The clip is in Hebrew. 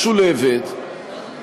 משולבת,